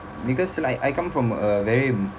because like I come from a very